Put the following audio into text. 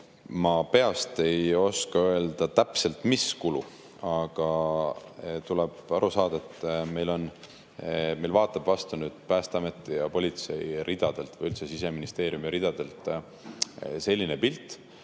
Ma peast ei oska öelda täpselt, mis kulu, aga tuleb aru saada, et meile vaatab vastu Päästeameti ja politsei ridadelt või üldse Siseministeeriumi ridadelt selline pilt,